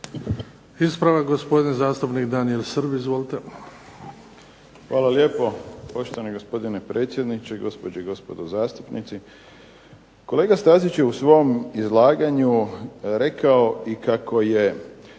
Ispravak, gospodin zastupnik Daniel Srb. Izvolite. **Srb, Daniel (HSP)** Hvala lijepo, poštovani gospodine predsjedniče. Gospođe i gospodo zastupnici. Kolega Stazić je u svom izlaganju rekao i kako je